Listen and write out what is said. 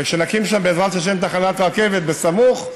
וכשנקים שם, בעזרת השם, תחנת רכבת בסמוך,